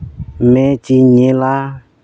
ᱢᱮᱪᱤᱧ ᱧᱮᱞᱟ